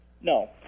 No